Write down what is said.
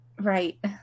Right